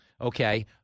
okay